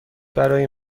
برای